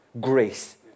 grace